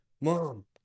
Mom